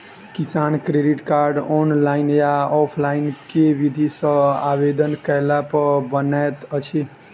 किसान credit card, online या offline केँ विधि सँ आवेदन कैला पर बनैत अछि?